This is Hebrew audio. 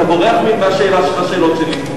אתה בורח מהשאלות שלי.